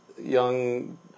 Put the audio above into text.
young